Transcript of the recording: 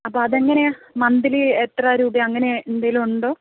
അപ്പോൾ അതെങ്ങനെയാണ് മന്ത്ലി എത്ര രൂപയാണ് അങ്ങനെ എന്തെങ്കിലും ഉണ്ടോ